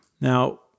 Now